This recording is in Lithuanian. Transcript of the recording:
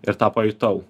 ir tą pajutau